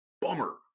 Bummer